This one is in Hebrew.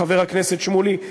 חבר הכנסת שמולי,